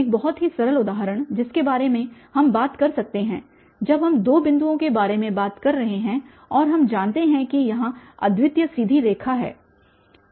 एक बहुत ही सरल उदाहरण जिसके बारे में हम बात कर सकते हैं जब हम दो बिंदुओं के बारे में बात कर रहे हैं और हम जानते हैं कि यहाँ अद्वितीय सीधी रेखा है